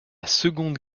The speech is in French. seconde